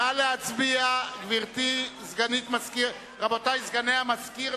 נא להצביע, רבותי סגני המזכיר.